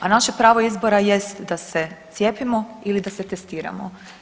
A naše pravo izbora jest da se cijepimo ili da se testiramo.